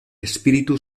espíritu